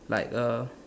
like a